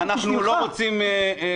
--- משפט לסיום, אנחנו לא רוצים בחירות.